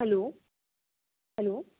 hello hello